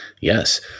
Yes